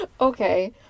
Okay